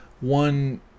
one